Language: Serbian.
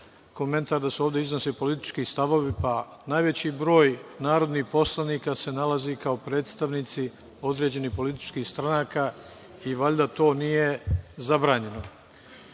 komentar da se ovde iznose politički stavovi, pa najveći broj narodnih poslanika se nalaze kao predstavnici određenih političkih stranaka i valjda to nije zabranjeno. Sada